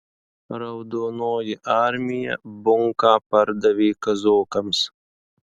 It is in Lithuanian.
raudonoji armija bunką pardavė kazokams